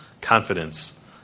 confidence